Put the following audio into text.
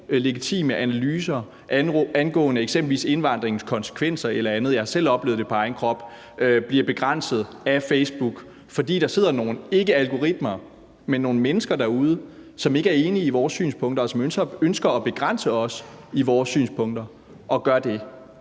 borgerlige analyser angående eksempelvis indvandringens konsekvenser eller andet – jeg har selv oplevet det på egen krop – bliver begrænset af Facebook, ikke fordi der er nogle algoritmer, men fordi der sidder nogle mennesker derude, som ikke er enige i vores synspunkter, og som ønsker at begrænse os i vores synspunkter, og som gør det.